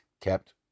kept